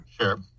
Sure